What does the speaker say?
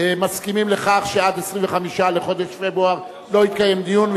מסכימים לכך שעד 25 בחודש פברואר לא יתקיים דיון,